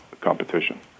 competition